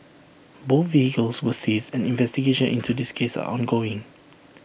both vehicles were seized and investigations into this case are ongoing